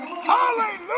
Hallelujah